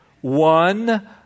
one